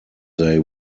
they